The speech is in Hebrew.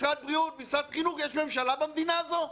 משרד בריאות, משרד החינוך, יש ממשלה במדינה הזאת?